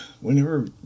whenever